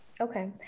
Okay